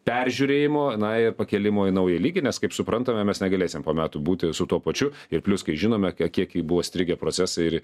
peržiūrėjimo na ir pakėlimo į naują lygį nes kaip suprantame mes negalėsim po metų būti su tuo pačiu ir plius kai žinome ka kiek jau buvo strigę procesai ir